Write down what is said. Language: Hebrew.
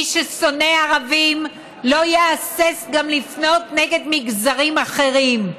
מי ששונא ערבים לא יהסס גם לפנות נגד מגזרים אחרים,